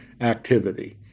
activity